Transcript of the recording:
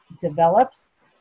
develops